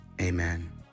amen